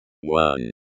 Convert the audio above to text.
one